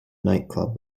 nightclub